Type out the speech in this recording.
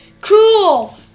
cool